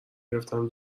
گرفتم